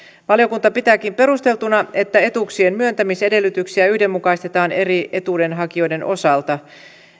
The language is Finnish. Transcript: valiokunta pitääkin perusteltuna että etuuksien myöntämisedellytyksiä yhdenmukaistetaan eri etuudenhakijoiden osalta